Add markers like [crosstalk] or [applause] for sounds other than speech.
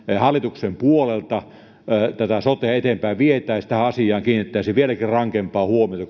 hallituksen puolelta sotea eteenpäin vietäessä tähän asiaan kiinnitettäisiin vieläkin rankempaa huomiota [unintelligible]